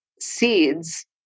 seeds